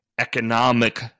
economic